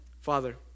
Father